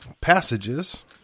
passages